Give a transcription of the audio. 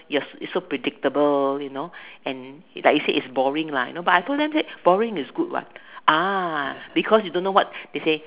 yes it's so predictable you know and like he said it's boring lah you know but I told them said but boring is good [what] ah because you don't know what they say